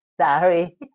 sorry